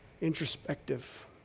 introspective